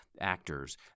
actors